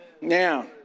Now